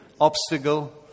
obstacle